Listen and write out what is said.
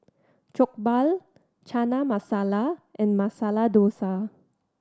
Jokbal Chana Masala and Masala Dosa